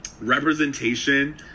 representation